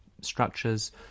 structures